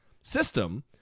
system